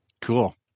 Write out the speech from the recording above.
Cool